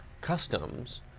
customs